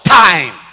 time